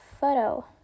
photo